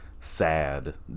sad